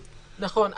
נכון.